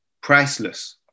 priceless